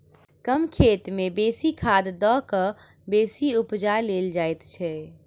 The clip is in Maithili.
कम खेत मे बेसी खाद द क बेसी उपजा लेल जाइत छै